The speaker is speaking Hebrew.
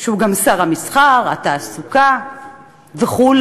שהוא גם שר המסחר, התעסוקה וכו'